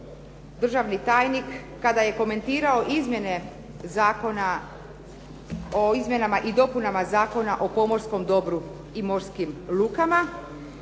državni tajnik kada je komentirao izmjene Zakona o izmjenama i dopunama Zakona o pomorskom dobru i morskim lukama.